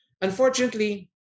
Unfortunately